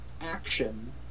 action